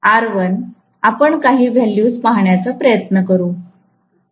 R1 आपण काही values पाहण्याचा प्रयत्न करू